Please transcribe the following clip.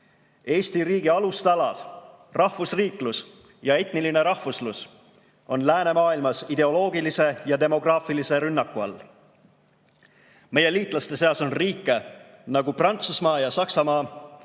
Eesti riigi alustalad rahvusriiklus ja etniline rahvuslus on läänemaailmas ideoloogilise ja demograafilise rünnaku all. Meie liitlaste seas on riike, nagu Prantsusmaa ja Saksamaa,